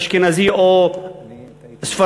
אשכנזי או ספרדי,